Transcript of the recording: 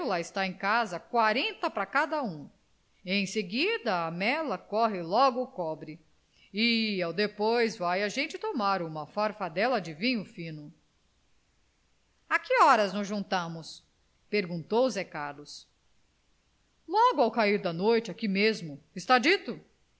está em casa quarenta pra cada um em seguida à mela corre logo o cobre e ao depois vai a gente tomar uma fartadela de vinho fino a que horas nos juntamos perguntou zé carlos logo ao cair da noite aqui mesmo está dito